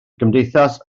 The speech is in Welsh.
gymdeithas